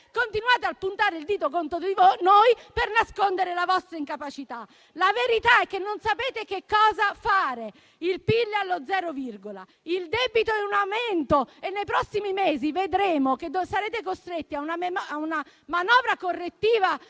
continuate a puntare il dito contro di noi per nascondere la vostra incapacità. La verità è che non sapete cosa fare. Il PIL è allo zero virgola e il debito è in aumento; nei prossimi mesi sarete costretti a una manovra correttiva